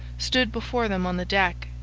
stood before them on the deck,